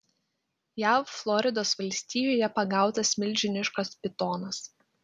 jav floridos valstijoje pagautas milžiniškas pitonas